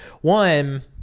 One